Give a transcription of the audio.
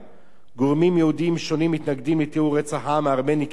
גורמים יהודיים שונים מתנגדים לתיאור רצח העם הארמני כשואה,